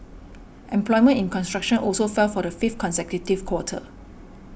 employment in construction also fell for the fifth consecutive quarter